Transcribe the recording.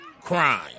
crime